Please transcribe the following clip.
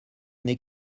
n’est